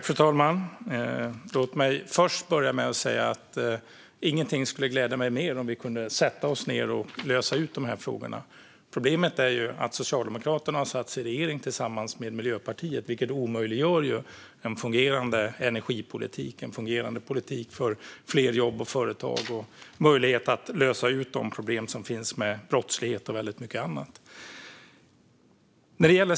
Fru talman! Låt mig först säga att ingenting skulle glädja mig mer än om vi kunde sätta oss ned och lösa dessa frågor. Problemet är att Socialdemokraterna har satt sig i regering med Miljöpartiet, vilket omöjliggör en fungerande energipolitik, en fungerande politik för fler jobb och företag och en lösning på de problem som finns med brottslighet och mycket annat.